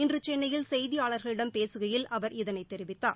இன்று சென்னையில் செய்தியாளர்களிடம் பேசுகையில் அவர் இதனைத் தெரிவித்தார்